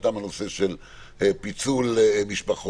שמבחינתם הנושא של פיצול משפחות,